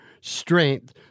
strength—